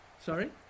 Sorry